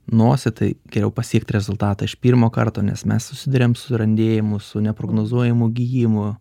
nosį tai geriau pasiekt rezultatą iš pirmo karto nes mes susiduriam su randėjimu su neprognozuojamu gijimu